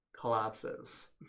collapses